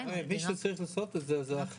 מי שצריך לעשות את זה, זה החברה.